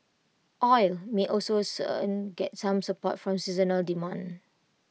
oil may also soon get some support from seasonal demand